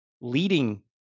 leading